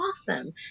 awesome